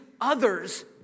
others